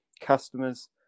customers